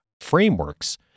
frameworks